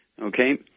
Okay